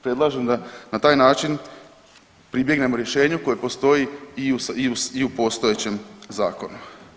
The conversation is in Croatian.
Predlažem da na taj način pribjegnemo rješenju koje postoji i u postojećem zakonu.